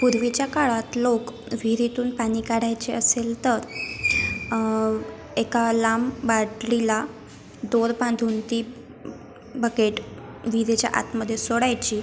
पूर्वीच्या काळात लोक विहिरीतून पाणी काढायचे असेल तर एका लांब बाटलीला दोर बांधून ती बकेट विहिरीच्या आतमध्ये सोडायची